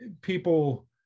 People